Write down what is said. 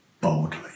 boldly